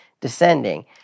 descending